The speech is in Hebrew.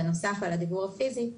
בנוסף על הדיוור הפיזי,